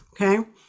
okay